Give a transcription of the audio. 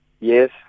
Yes